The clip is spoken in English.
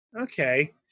okay